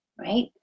right